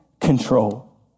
control